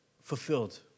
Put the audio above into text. fulfilled